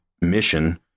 mission